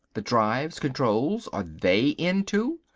the drives, controls are they in, too?